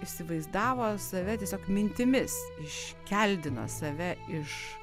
įsivaizdavo save tiesiog mintimis iškeldino save iš